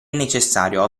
necessario